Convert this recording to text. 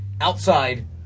Outside